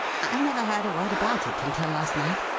i never heard a word about it until last night,